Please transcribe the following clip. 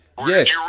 Yes